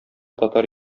татар